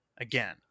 Again